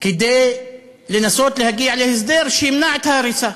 כדי לנסות להגיע להסדר שימנע את ההריסה.